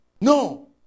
No